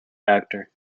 actor